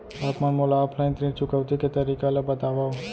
आप मन मोला ऑफलाइन ऋण चुकौती के तरीका ल बतावव?